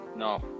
no